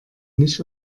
nicht